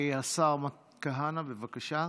השר מתן כהנא, בבקשה.